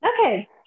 Okay